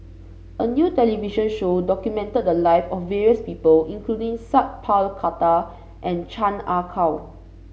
a new television show documented the lives of various people including Sat Pal Khattar and Chan Ah Kow